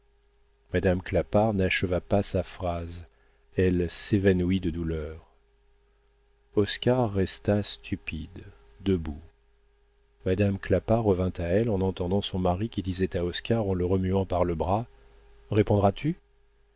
madame clapart n'acheva pas sa phrase elle s'évanouit de douleur oscar resta stupide debout madame clapart revint à elle en entendant son mari qui disait à oscar en le remuant par le bras